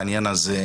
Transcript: בעניין הזה,